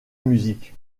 musique